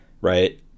right